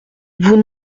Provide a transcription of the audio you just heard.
vous